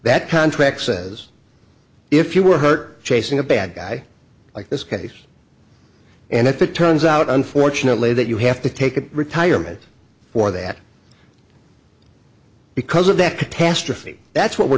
that contract says if you were hurt chasing a bad guy like this case and if it turns out unfortunately that you have to take a retirement for that because of that catastrophe that's what we're